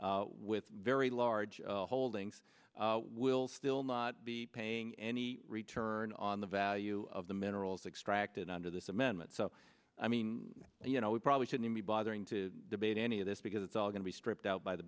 with very large holdings will still not be paying any return on the value of the minerals extracted under this amendment so i mean you know we probably shouldn't be bothering to debate any of this because it's all going to be stripped out by the